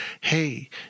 Hey